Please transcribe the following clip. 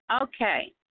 Okay